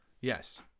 Yes